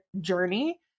journey